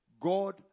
God